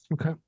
Okay